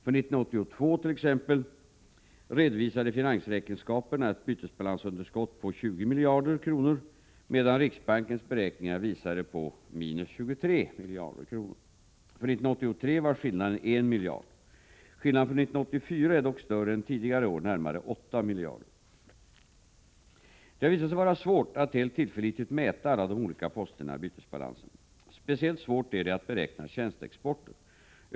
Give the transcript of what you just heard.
För 1982 t.ex. redovisade finansräkenskaperna ett bytesbalansunderskott på 20 miljarder kronor, medan riksbankens beräkningar visade på minus 23 miljarder. För 1983 var skillnaden 1 miljard. Skillnaden 49 för 1984 är dock större än tidigare år, närmare 8 miljarder kronor. Det har visat sig vara svårt att helt tillförlitligt mäta alla de olika posterna i bytesbalansen. Speciellt svårt är det att beräkna tjänsteexporten.